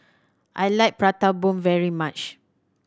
I like Prata Bomb very much